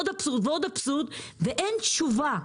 עוד אבסורד ועוד אבסורד, ואין שום תשובה.